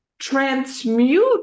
transmute